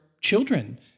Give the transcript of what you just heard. children